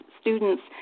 students